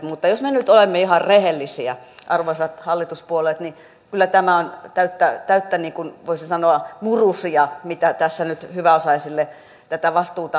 mutta jos me nyt olemme ihan rehellisiä arvoisat hallituspuolueet niin kyllä tämä on täysin voisi sanoa murusia mitä tässä nyt hyväosaisille tätä vastuuta langetetaan